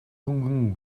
хөнгөн